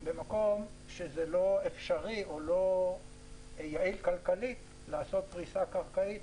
זה נכון שזה לא אפשרי או לא יעיל כלכלית לעשות פריסה קרקעית,